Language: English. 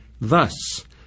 thus